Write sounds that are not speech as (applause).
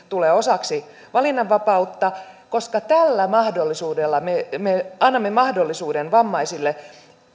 (unintelligible) tulee osaksi valinnanvapautta tällä mahdollisuudella me me annamme mahdollisuuden vammaisten